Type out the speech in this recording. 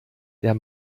der